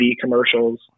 commercials